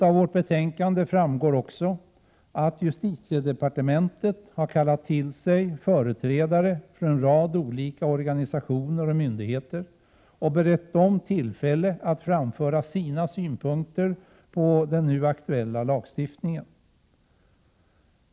Av betänkandet framgår också att justitiedepartementet har kallat till sig företrädare för en rad olika organisationer och myndigheter och berett dem tillfälle att framföra sina synpunkter på den nu aktuella lagstiftningen.